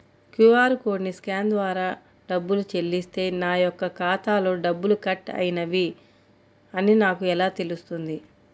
QR కోడ్ని scan ద్వారా డబ్బులు చెల్లిస్తే నా యొక్క ఖాతాలో డబ్బులు కట్ అయినవి అని నాకు ఎలా తెలుస్తుంది?